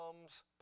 comes